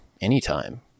anytime